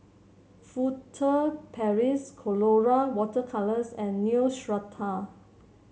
Furtere Paris Colora Water Colours and Neostrata